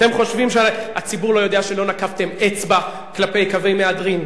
אתם חושבים שהציבור לא יודע שלא נקפתם אצבע כלפי קווי מהדרין?